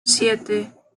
siete